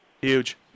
huge